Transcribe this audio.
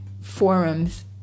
forums